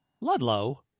Ludlow